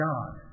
God